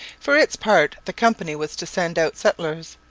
for its part the company was to send out settlers,